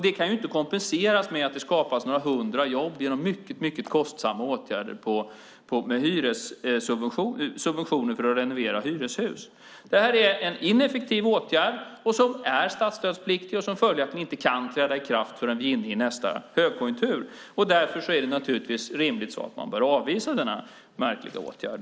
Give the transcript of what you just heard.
Det kan inte kompenseras med att det skapas några hundra jobb genom mycket kostsamma åtgärder med subventioner för att renovera hyreshus. Det är en ineffektiv åtgärd som är statsstödspliktig och följaktligen inte kan träda i kraft förrän vi är inne i nästa högkonjunktur. Därför är det rimligtvis så att man bör avvisa denna märkliga åtgärd.